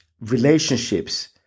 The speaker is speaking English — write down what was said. Relationships